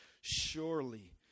surely